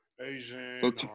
Asian